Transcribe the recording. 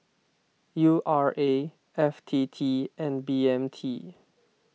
U R A F T T and B M T